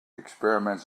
experiments